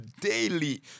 daily